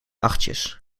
achtjes